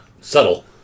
Subtle